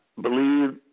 believe